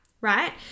right